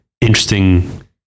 interesting